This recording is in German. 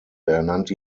ernannte